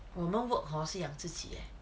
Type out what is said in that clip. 我们 work hor 是养自己 leh